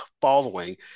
following